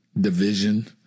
division